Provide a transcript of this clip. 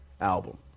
album